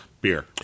beer